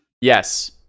Yes